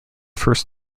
first